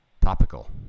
topical